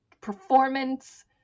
performance-